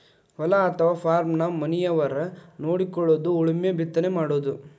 ಹೊಲಾ ಅಥವಾ ಪಾರ್ಮನ ಮನಿಯವರ ನೊಡಕೊಳುದು ಉಳುಮೆ ಬಿತ್ತನೆ ಮಾಡುದು